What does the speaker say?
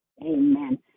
Amen